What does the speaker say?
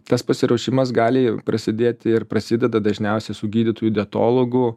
tas pasiruošimas gali prasidėti ir prasideda dažniausiai su gydytoju dietologu